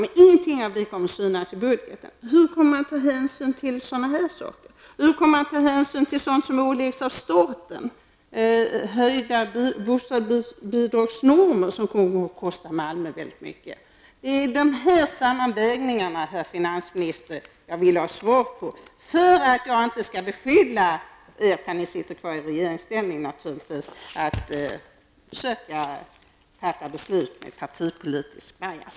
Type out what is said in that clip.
Men ingenting av detta kommer att synas i budgeten. Hur kommer man att ta hänsyn till sådana saker? Och hur kommer man att ta hänsyn till sådant som åläggs av staten? Det handlar om normer beträffande höjda bostadsbidrag som kommer att kosta Malmö mycket pengar. Det är beträffande sådana sammanvägningar, herr finansminister, som jag vill ha svar på mina frågor -- detta för att jag inte skall beskylla er, om ni nu blir kvar i regeringsställning förstås, för att försöka fatta beslut med partipolitisk ''bias''.